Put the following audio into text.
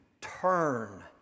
turn